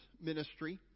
ministry